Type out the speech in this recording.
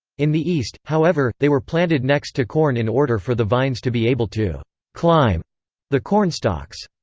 in the east, however, they were planted next to corn in order for the vines to be able to climb the cornstalks.